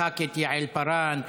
לח"כית יעל פארן,